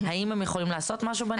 האם הם יכולים לעשות משהו בעניין?